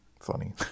funny